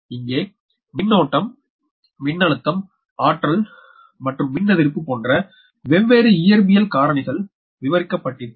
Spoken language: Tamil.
இங்கே மின்னோட்டம் மின்னழுத்தம்ஆற்றல் மற்றும் மின்னெதிர்ப்பு போன்ற வெவ்வேறு இயற்பியல் காரணிகள் விவரிக்கப்பட்டிருக்கும்